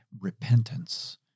repentance